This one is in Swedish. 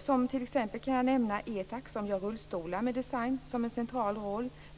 Som exempel kan jag nämna Etac, som gör rullstolar med design.